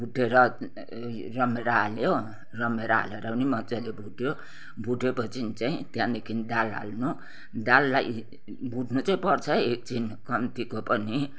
भुटेर रमभेडा हाल्यो रमभेडा हालेर पनि मज्जाले भुट्यो भुटे पछि चाहिँ त्यहाँदेखि दाल हाल्नु दाललाई भुट्नु चाहिँ पर्छ है एकछिन कम्तीको पनि